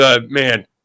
man